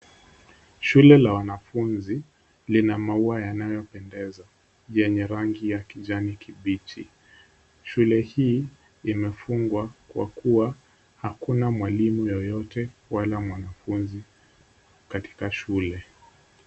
Shule la wanafunzi lina maua yanayopendeza yenye rangi ya kijani kibichi. Shule hii imefungwa kwa kuwa hakuna mwalimu yoyote wala mwanafunzi katika shule.